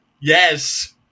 Yes